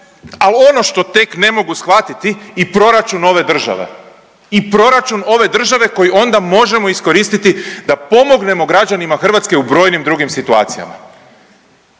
Ali ono što tek ne mogu shvatiti i proračun ove države. I proračun ove države koji onda možemo iskoristiti da pomognemo građanima Hrvatske u brojnim drugim situacijama.